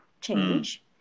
change